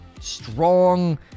strong